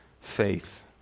faith